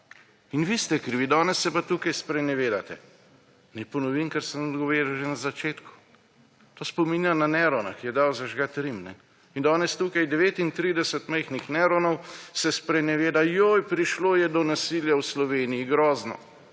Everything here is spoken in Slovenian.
In vi ste krivi, danes se pa tukaj sprenevedate! Naj ponovim, kar sem povedal že na začetku, to spominja na Nerona, ki je dal zažgati Rim. In danes tukaj se 39 majhnih Neronov spreneveda, joj, prišlo je do nasilja v Sloveniji, grozno.